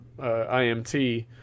IMT